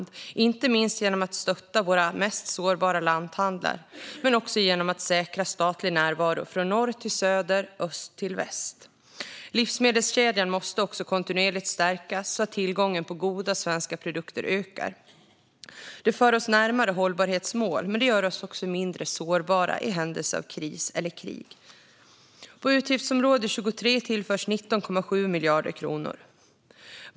Det gör vi inte minst genom att stötta våra mest sårbara lanthandlar, men också genom att säkra statlig närvaro från norr till söder, öst till väst. Livsmedelskedjan måste också kontinuerligt stärkas så att tillgången på goda, svenska produkter ökar. Det för oss närmare hållbarhetsmål, men det gör oss också mindre sårbara i händelse av kris eller krig. På utgiftsområde 23 tillförs 19,7 miljarder kronor.